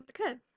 okay